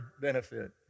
benefit